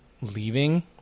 leaving